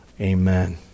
Amen